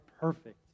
perfect